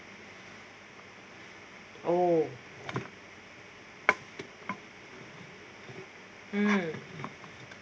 oh mm